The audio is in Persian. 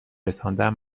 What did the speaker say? رساندم